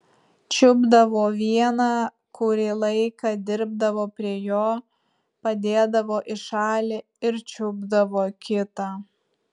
čiupdavo vieną kurį laiką dirbdavo prie jo padėdavo į šalį ir čiupdavo kitą